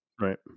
Right